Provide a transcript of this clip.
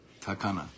takana